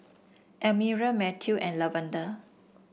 Elmira Matthew and Lavada